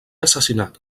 assassinat